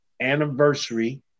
anniversary